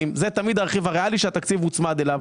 זה תמיד התקציב הריאלי שהתקציב מוצמד אליו.